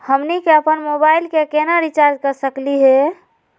हमनी के अपन मोबाइल के केना रिचार्ज कर सकली हे?